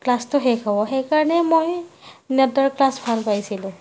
ক্লাচটো শেষ হ'ব সেইকাৰণে মই নেওতাৰ ক্লাচ ভাল পাইছিলোঁ